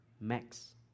max